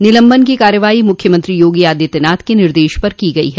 निलम्बन की कार्रवाई मुख्यमंत्री योगी आदित्यनाथ के निर्देश पर की गई है